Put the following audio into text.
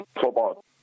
football